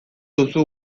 duzu